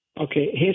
Okay